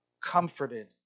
Comforted